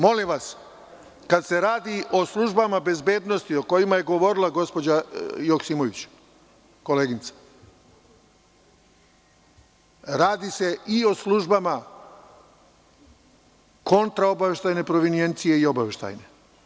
Molim vas, kada se radi o službama bezbednosti o kojim je govorila koleginica Joksimović, radi se i o službama kontraobaveštajne provinijencije i obaveštajne.